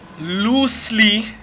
Loosely